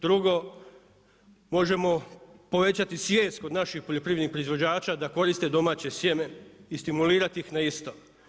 Drugo, možemo povećati svijest kod naših poljoprivrednih proizvođača da koriste domaće sjeme i stimulirati ih na isto.